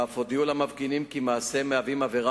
ואף הודיעו להם כי מעשיהם מהווים עבירה